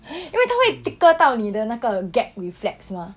因为他会 tickle 到你的那个 gag reflex mah